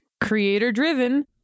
Creator-driven